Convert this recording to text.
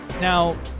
Now